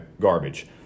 garbage